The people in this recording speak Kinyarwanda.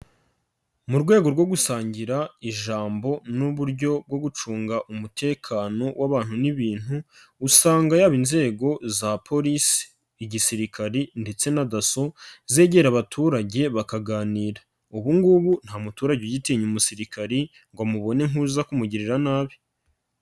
Mu rwego rwo gusangira ijambo n'uburyo bwo gucunga umutekano w'abantu n'ibintu, usanga yaba inzego za polisi, igisirikari ndetse na Dasso, zegera abaturage bakaganira. Ubu ngubu nta muturage ugitinya umusirikari, ngo mubone nk'uza kumugirira nabi.